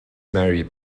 mary